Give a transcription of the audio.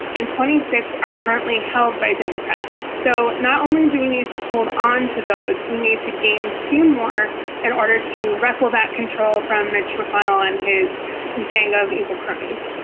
and twenty six currently held by democrats. so not only do we need to hold onto those. we need to gain two more in order to wrestle back control from mitch mcconnell and his gang of evil cronies.